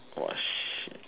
!wah! shit